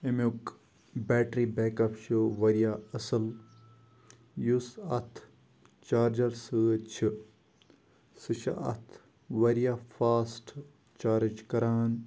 اَمیُک battery backup چھِ واریاہ اَصٕل یُس اَتھ چارجَر سۭتۍ چھِ سُہ چھِ اَتھ واریاہ فاسٹہٕ چارٕج کَران